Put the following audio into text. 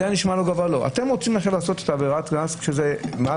ואתם עכשיו רוצים לעשות עבירת קנס כשעוברים